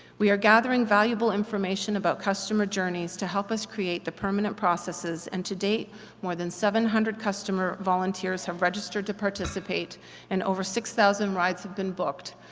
we are gathering valuable information about customer journeys to help us create the permanent processes and to date more than seven hundred customer volunteers have registered to participate and over six thousand rides have been booked,